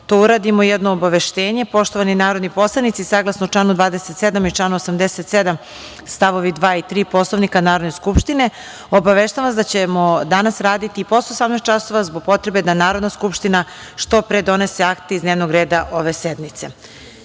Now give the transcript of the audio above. to uradimo, jedno obaveštenje. Poštovani narodni poslanici, saglasno članu 27. i članu 87. stavovi 2. i 3. Poslovnika Narodne skupštine, obaveštavam vas da ćemo danas raditi i posle 18.00 časova zbog potrebe da Narodna skupština što pre donese akte iz dnevnog reda ove